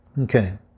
Okay